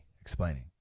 explaining